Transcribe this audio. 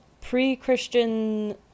pre-christian